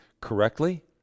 correctly